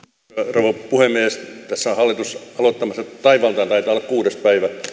rouva puhemies tässä on hallitus aloittamassa taivaltaan taitaa olla kuudes päivä